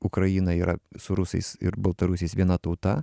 ukraina yra su rusais ir baltarusiais viena tauta